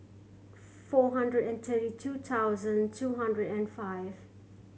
four hundred and twenty two thousand two hundred and five